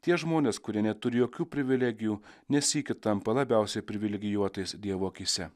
tie žmonės kurie neturi jokių privilegijų ne sykį tampa labiausiai privilegijuotais dievo akyse